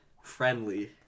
friendly